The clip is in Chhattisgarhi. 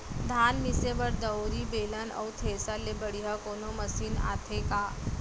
धान मिसे बर दंवरि, बेलन अऊ थ्रेसर ले बढ़िया कोनो मशीन आथे का?